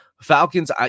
Falcons